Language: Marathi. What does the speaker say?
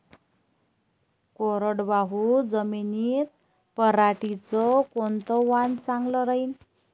कोरडवाहू जमीनीत पऱ्हाटीचं कोनतं वान चांगलं रायीन?